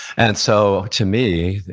and so to me,